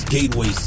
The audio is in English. Gateway